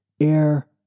air